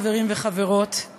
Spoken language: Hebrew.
חברים וחברות,